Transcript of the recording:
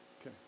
Okay